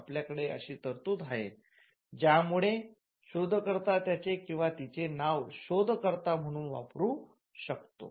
आपल्याकडे अशी तरतूद आहे ज्या मुळे शोधकर्ता त्याचे किंवा तिचे नाव शोध कर्ता म्हणून वापरू शकतो